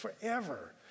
forever